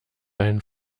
einen